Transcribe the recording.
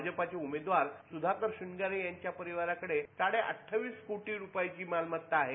भाजपचे उमेदवार सुधाकर श्रंगारे यांच्या परिवाराकडे साडे अठ्ठावीस कोटींची मालमत्ता आहे